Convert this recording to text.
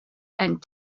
and